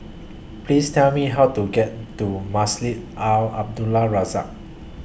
Please Tell Me How to get to Masjid Al Abdul Razak